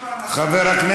לא,